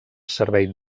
servei